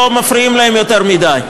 לא מפריעים להם יותר מדי.